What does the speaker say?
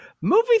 movie